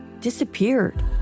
disappeared